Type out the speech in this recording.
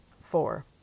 Four